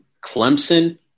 clemson